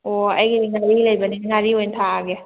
ꯑꯣ ꯑꯩꯒꯤ ꯉꯥꯔꯤ ꯂꯩꯕꯅꯤ ꯉꯥꯔꯤ ꯑꯣꯏ ꯊꯥꯛꯑꯒꯦ